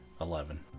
Eleven